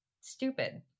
stupid